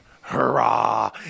hurrah